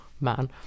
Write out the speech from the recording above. man